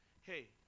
Hey